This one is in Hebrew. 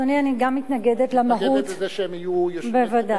אני יודע שהאנשים היותר